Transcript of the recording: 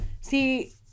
See